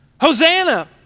Hosanna